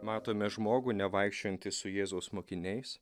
matome žmogų nevaikščiojantį su jėzaus mokiniais